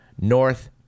north